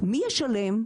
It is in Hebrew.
מי ישלם?